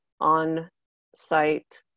on-site